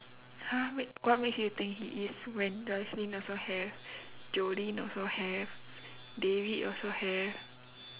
!huh! wait what makes you think he is when joycelyn also have jolin also have david also have